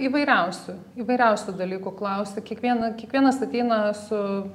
įvairiausių įvairiausių dalykų klausia kiekviena kiekvienas ateina su